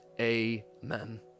amen